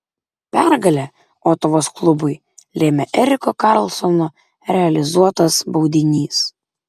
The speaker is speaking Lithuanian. pergalę otavos klubui lėmė eriko karlsono realizuotas baudinys